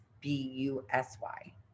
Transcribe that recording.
B-U-S-Y